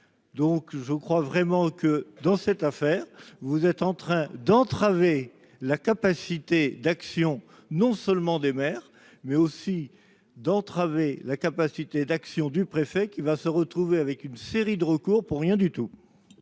donc je crois vraiment que dans cette affaire, vous êtes en train d'entraver la capacité d'action non seulement des mères mais aussi d'entraver la capacité d'action du préfet qui va se retrouver avec une série de recours pour rien du tout.